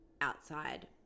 outside